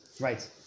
Right